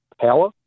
power